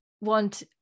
want